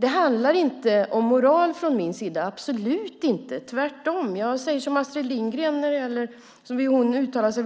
Det handlar absolut inte om moral från min sida - tvärtom. Jag säger som Astrid Lindgren vid